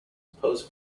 pose